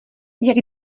jak